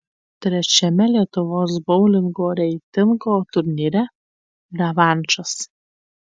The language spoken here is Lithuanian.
trečiame lietuvos boulingo reitingo turnyre revanšas